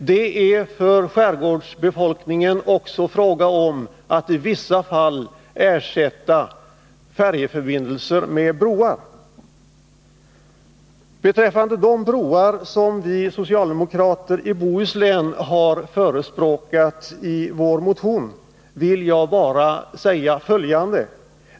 Det är också fråga om att i vissa fall ersätta färjeförbindelser med broar. Beträffande de broar som vi socialdemokrater i Bohuslän har förespråkat i vår motion vill jag bara säga följande.